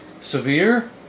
severe